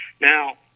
Now